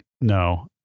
no